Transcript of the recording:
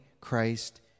Christ